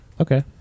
Okay